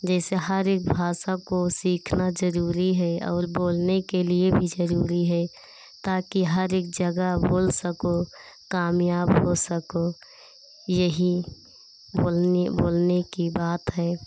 जैसे हर एक भाषा को सीखना जरूरी है और बोलने के लिए भी जरूरी है ताकि हर एक जगह बोल सको कामयाब हो सको यही बोलने बोलने की बात है